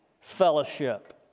fellowship